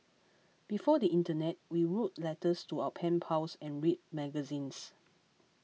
before the internet we wrote letters to our pen pals and read magazines